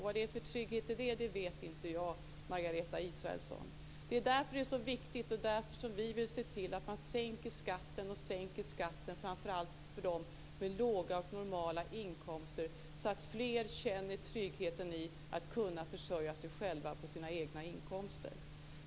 Vad det är för trygghet i det vet jag inte, Margareta Det är därför det är så viktigt och det är därför som vi vill se till att man sänker skatten framför allt för dem med låga och normala inkomster så att fler känner tryggheten i att kunna försörja sig själva på sina egna inkomster.